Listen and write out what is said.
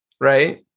right